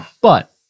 But-